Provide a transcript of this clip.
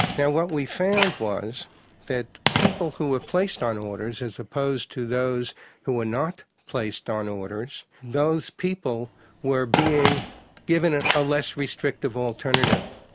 now what we found was that people who were placed on orders as opposed to those who were not placed on orders, those people were being given a ah less restrictive alternative.